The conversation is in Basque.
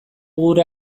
gure